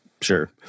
Sure